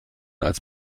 als